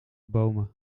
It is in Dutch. bomen